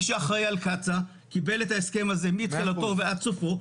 מי שאחראי על קצא"א קיבל את ההסכם הזה מתחילתו ועד סופו,